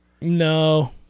No